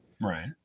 right